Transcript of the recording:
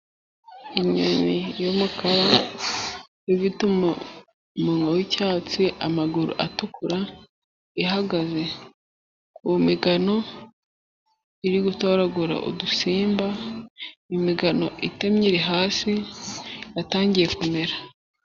Inyoni y'umukara ifite umunwa w'icyatsi, amaguru atukura, ihagaze ku migano. Iri gutoragura udusimba. Imigano itemye iri hasi yatangiye kumera.